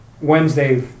Wednesday